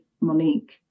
Monique